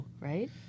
right